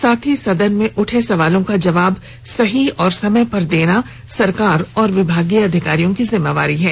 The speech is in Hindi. साथ ही सदन में उठे सवालों का जवाब सही और समय पर देना सरकार और विभागीय अधिकारियों की जिम्मेवारी है